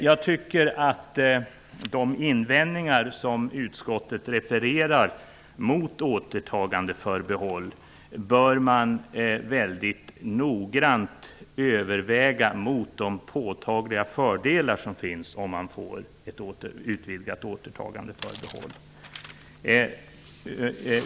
Jag tycker att de invändningar som utskottet refererar mot återtagandeförbehåll mycket noga bör vägas mot de påtagliga fördelar som finns med ett utvidgat återtagandeförbehåll.